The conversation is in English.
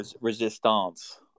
resistance